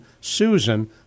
Susan